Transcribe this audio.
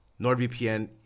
NordVPN